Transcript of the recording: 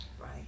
Right